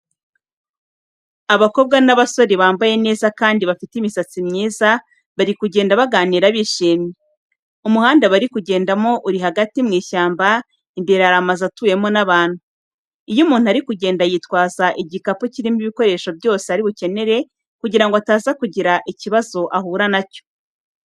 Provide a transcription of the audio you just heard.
Abakobwa n'abasore bambaye neza kandi bafite imisatsi myiza, bari kugenda baganira bishimye. Umuhanda bari kugendamo uri hagati mu ishyamba, imbere hari amazu atuwemo n'abantu. Iyo umuntu ari kurugendo yitwaza igikapu kirimo ibikoresho byose ari bukenere kugira ngo ataza kugira ikibazo ahura nacyo.